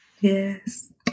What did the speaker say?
Yes